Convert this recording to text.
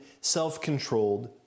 self-controlled